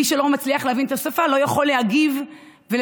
מי שלא מצליח להבין את השפה לא יכול להגיב ולדבר